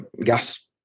gas